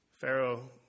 Pharaoh